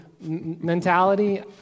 mentality